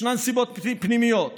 יש סיבות פנימיות: